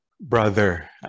brother